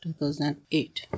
2008